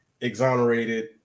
exonerated